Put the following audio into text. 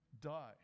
die